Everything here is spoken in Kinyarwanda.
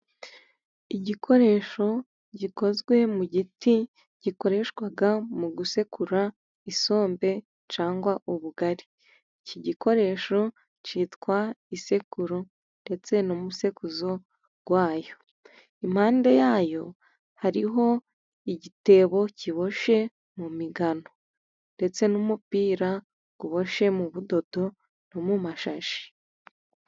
Igikoresho gikozwe mu giti, gikoreshwa mu gusekura isombe cyangwa ubugari, iki gikoresho cyitwa isekuru, ndetse n'umusekuzo wayo. Impande yayo hariho igitebo kiboshye mu migano, ndetse n'umupira uboshye mu budodo no mu mashashi.